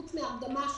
חוץ מהרדמה,